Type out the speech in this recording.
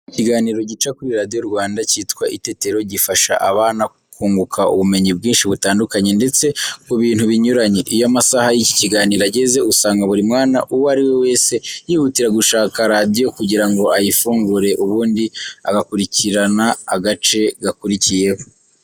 Ikiganiro gica kuri radiyo Rwanda cyitwa Itetero, gifasha abana kunguka ubumenyi bwinshi butandukanye ndetse ku bintu binyuranye. Iyo amasaha y'iki kiganiro ageze, usanga buri mwana uwo ari we wese yihutira gushaka radiyo kugira ngo ayifungure, ubundi agakurikirana agace gakurikiyeho.